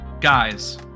Guys